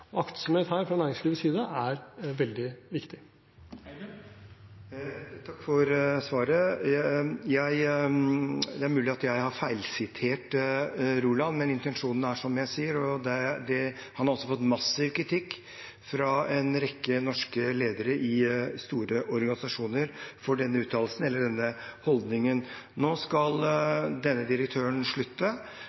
Aktsomhet her fra næringslivets side er veldig viktig. Takk for svaret. Det er mulig at jeg har feilsitert Roland, men intensjonen er som jeg sier, og han har også fått massiv kritikk fra en rekke norske ledere i store organisasjoner for denne holdningen. Nå skal denne direktøren slutte.